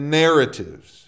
narratives